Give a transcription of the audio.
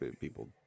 people